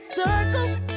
circles